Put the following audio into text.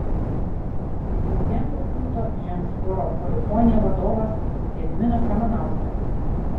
prie dirigento pulto žengs choro polifonija vadovas gediminas ramanauskas